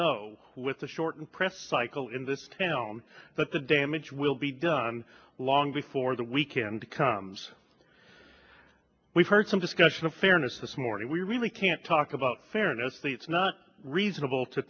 know with the shortened press cycle in this film that the damage will be done long before the weekend comes we've heard some discussion of fairness this morning we really can't talk about fairness the it's not reasonable to